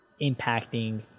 impacting